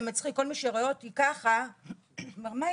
זה מצחיק, כל מי שרואה אותי ככה, אומר "מה?